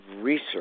research